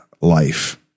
life